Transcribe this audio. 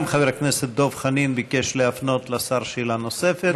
גם חבר הכנסת דב חנין ביקש להפנות לשר שאלה נוספת,